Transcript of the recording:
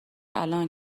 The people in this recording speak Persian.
الان